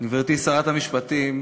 גברתי שרת המשפטים,